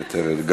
מוותרת.